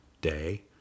Day